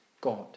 God